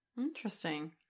interesting